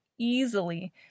Easily